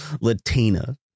Latina